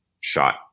shot